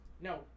No